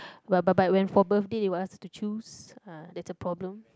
but but but when for birthday they will ask you to choose ah that's a problem